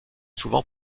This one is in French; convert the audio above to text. souvent